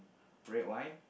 red wine